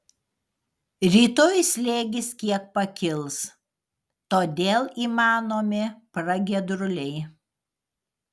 rytoj slėgis kiek pakils todėl įmanomi pragiedruliai